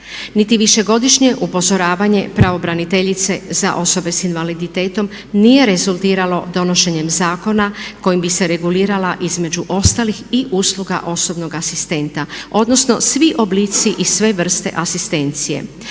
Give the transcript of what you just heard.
Niti višegodišnje upozoravanje pravobraniteljice za osobe s invaliditetom nije rezultiralo donošenjem zakona kojim bi se regulirala između ostalih i usluga osobnog asistenta odnosno svi oblici i sve vrste asistencije